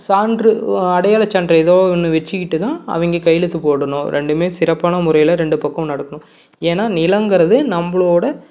சான்று அடையாளச்சான்று எதோ ஒன்று வச்சிக்கிட்டுதான் அவங்க கையெழுத்து போடணும் ரெண்டுமே சிறப்பான முறையில் ரெண்டு பக்கம் நடக்கணும் ஏன்னா நிலங்கிறது நம்மளோட